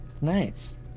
Nice